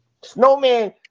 Snowman